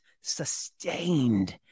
sustained